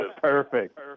Perfect